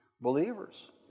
Believers